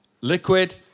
liquid